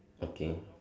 okay